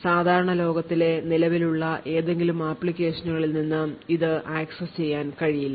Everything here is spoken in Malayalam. സാധാരണ ലോകത്തിലെ നിലവിലുള്ള ഏതെങ്കിലും ആപ്ലിക്കേഷനുകളിൽ നിന്ന് ഇത് ആക്സസ് ചെയ്യാൻ കഴിയില്ല